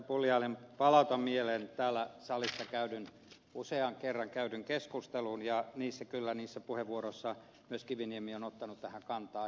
pulliainen palautan mieleen täällä salissa käydyn useaan kertaan käydyn keskustelun ja kyllä niissä puheenvuoroissa myös kiviniemi on ottanut tähän kantaa